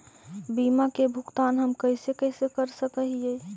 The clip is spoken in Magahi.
बीमा के भुगतान हम कैसे कैसे कर सक हिय?